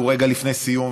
והוא רגע לפני סיום,